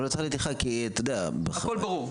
לא צריך נתיחה כי אתה יודע --- הכל ברור.